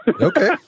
Okay